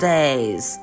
Days